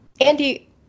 Andy